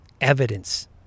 Evidence